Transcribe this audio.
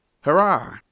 Hurrah